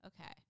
Okay